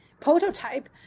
prototype